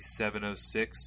706